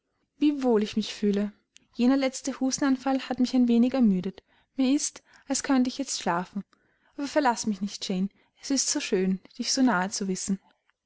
wohl ich mich fühle jener letzte hustenanfall hat mich ein wenig ermüdet mir ist als könnte ich jetzt schlafen aber verlaß mich nicht jane es ist so schön dich so nahe zu wissen